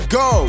go